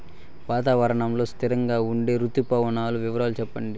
వాతావరణం లో స్థిరంగా ఉండే రుతు పవనాల వివరాలు చెప్పండి?